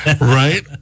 Right